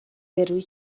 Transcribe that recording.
بروی